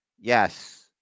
Yes